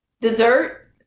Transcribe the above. Dessert